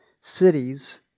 cities